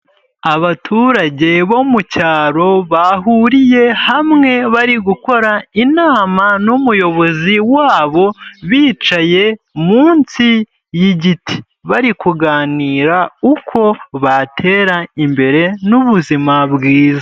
Abaturage bo mu cyaro bahuriye hamwe bari gukora inama n'umuyobozi wabo, bicaye munsi y'igiti, bari kuganira uko batera imbere n'ubuzima bwiza.